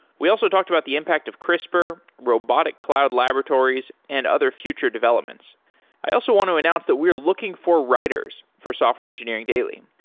we also talked about the impact of crispr, robotic cloud laboratories and other future developments i also want to announce that we're looking for writers for software engineering daily.